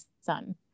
son